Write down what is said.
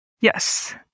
Yes